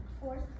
Fourth